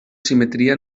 simetria